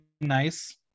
nice